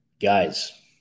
guys